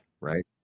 right